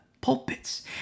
pulpits